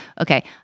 okay